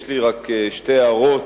יש לי רק שתי הערות,